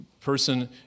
person